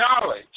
knowledge